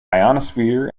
ionosphere